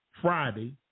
Friday